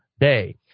day